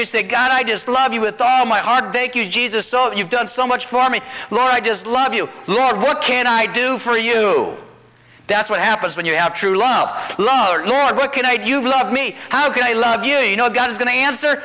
you say god i just love you with all my heart thank you jesus so you've done so much for me laura i just love you lord what can i do for you that's what happens when you have true love love the lord what can i do you love me how can i love you you know god is going to answer